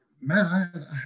man